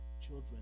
children